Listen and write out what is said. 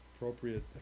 appropriate